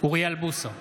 אוריאל בוסו,